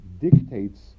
dictates